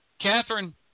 Catherine